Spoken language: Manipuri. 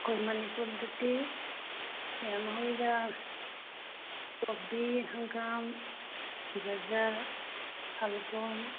ꯑꯩꯈꯣꯏ ꯃꯅꯤꯄꯨꯔꯒꯤꯗꯤ ꯌꯥꯝ ꯍꯧꯏꯗ ꯀꯣꯕꯤ ꯍꯪꯒꯥꯝ ꯒꯥꯖꯔ ꯁꯜꯒꯣꯝ